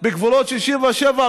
בגבולות 67'?